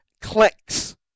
Clicks